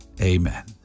Amen